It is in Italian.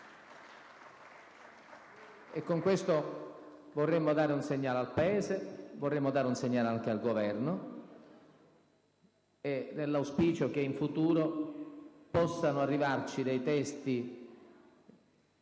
Con questo vorremmo dare un segnale al Paese, e vorremmo dare un segnale anche al Governo, nell'auspicio che in futuro possano arrivarci dei testi,